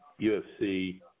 UFC